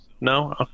No